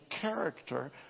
character